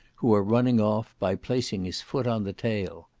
who are running off, by placing his foot on the tail.